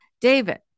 David